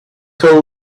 said